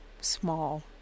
small